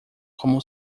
como